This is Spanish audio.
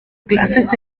clases